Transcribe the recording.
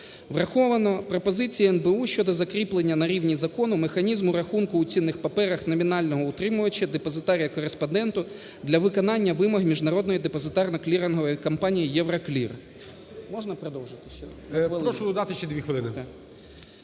Врахована пропозиція НБУ щодо закріплення на рівні закону механізму рахунку у цінних паперах номінального утримувача депозитарія-кореспондента для виконання вимог Міжнародної депозитарно-клірингової компанії Euroklir.